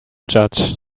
judge